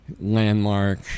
Landmark